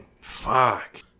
Fuck